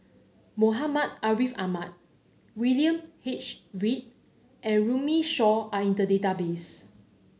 Muhammad Ariff Ahmad William H Read and Runme Shaw are in the database